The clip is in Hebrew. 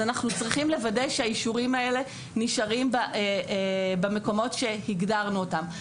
אז אנחנו צריכים לוודא שהאישורים האלה נשארים במקומות שהגדרנו אותם.